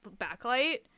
backlight